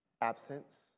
absence